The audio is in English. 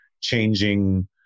changing